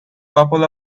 couple